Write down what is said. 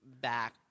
back